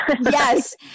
Yes